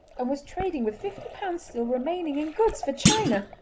and was trading with fifty pounds still remaining in goods for china,